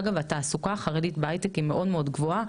אגב התעסוקה החרדית בהייטק היא מאוד מאוד גבוהה,